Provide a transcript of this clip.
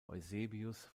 eusebius